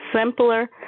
simpler